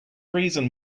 reason